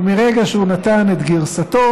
ומרגע שהוא נתן את גרסתו